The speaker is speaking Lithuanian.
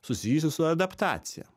susijusi su adaptacija